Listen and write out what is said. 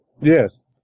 yes